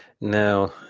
Now